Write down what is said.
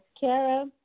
Kara